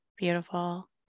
Beautiful